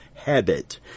Habit